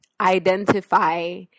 identify